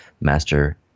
master